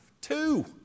two